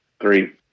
Three